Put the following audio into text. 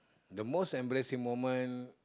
the most embarrassing moment